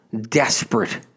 Desperate